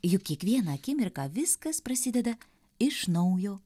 juk kiekvieną akimirką viskas prasideda iš naujo